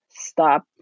stop